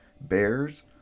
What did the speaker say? Bears